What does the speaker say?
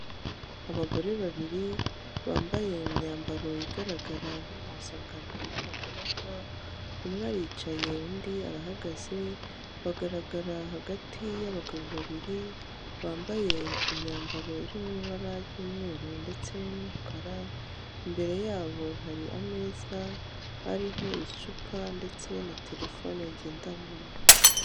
Abagore babiri bambaye imyambaro igaragara nk'impuzankano y'abagororwa, umwe aricaye undi arahagaze, bagaragara hagati y'abagabo babiri bambaye imyambaro iri mw’ibara ry'umweru ndetse n'umukara, imbere yabo har’ameza ariho icupa ndetse na terefone ngendanwa.